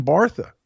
Bartha